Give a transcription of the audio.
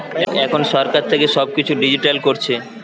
এখন সরকার থেকে সব কিছু ডিজিটাল করছে